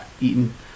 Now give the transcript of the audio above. eaten